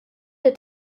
der